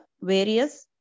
various